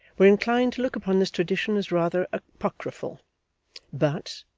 were inclined to look upon this tradition as rather apocryphal but,